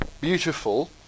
beautiful